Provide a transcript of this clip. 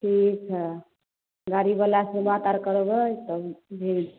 ठीक हइ गाड़ी बला से बात आर करबै तब भेज देबै